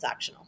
transactional